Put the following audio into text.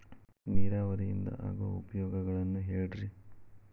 ನೇರಾವರಿಯಿಂದ ಆಗೋ ಉಪಯೋಗಗಳನ್ನು ಹೇಳ್ರಿ